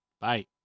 Bye